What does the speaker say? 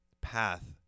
path